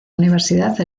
universidad